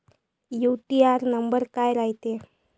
UTR number काय रायते?